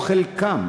או חלקן,